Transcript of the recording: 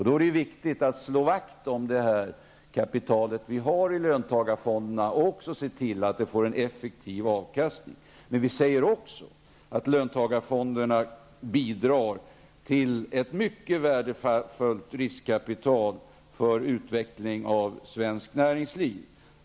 Därför är det viktigt att slå vakt om det kapital som finns i löntagarfonderna och se till att avkastningen blir effektiv. Men vi säger också att löntagarfonderna bidrar till ett mycket värdefullt riskkapital för utveckling av svenskt näringsliv.